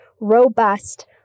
robust